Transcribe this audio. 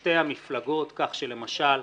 שתי המפלגות, כך, שלמשל,